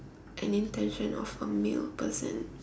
an intention of a male person